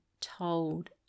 told